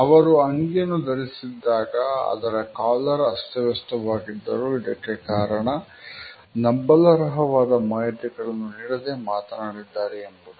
ಅವರು ಅಂಗಿಯನ್ನು ಧರಿಸಿದ್ದಾಗ ಅದರ ಕಾಲರ್ ಅಸ್ತವ್ಯಸ್ತವಾಗಿದ್ದರೂ ಅದಕ್ಕೆ ಕಾರಣ ನಂಬಲರ್ಹವಾದ ಮಾಹಿತಿಗಳನ್ನು ನೀಡದೆ ಮಾತನಾಡಿದ್ದಾರೆ ಎಂಬುದು